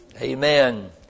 Amen